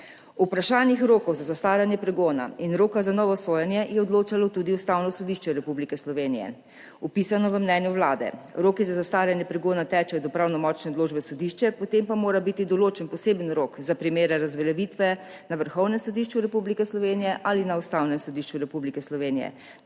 vprašanjih rokov za zastaranje pregona in roka za novo sojenje je odločalo tudi Ustavno sodišče Republike Slovenije, opisano v mnenju Vlade. Roki za zastaranje pregona tečejo do pravnomočne odločbe sodišča, potem pa mora biti določen poseben rok za primer razveljavitve na Vrhovnem sodišču Republike Slovenije ali na Ustavnem sodišču Republike Slovenije,